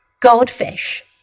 goldfish